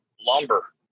lumber